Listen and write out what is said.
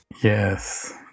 Yes